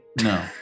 No